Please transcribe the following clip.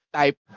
type